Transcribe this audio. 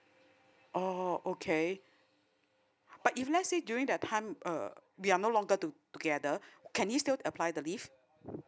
oh okay but if let say during that time uh we are no longer to together can he still apply the leave